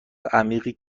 عمیقی